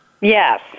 Yes